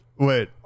Wait